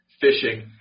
fishing